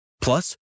Plus